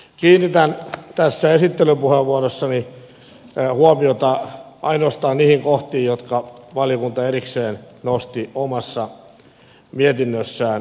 kiinnitän tässä esittelypuheenvuorossani huomiota ainoastaan niihin kohtiin jotka valiokunta erikseen nosti omassa mietinnössään esille